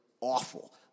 awful